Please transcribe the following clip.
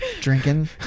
drinking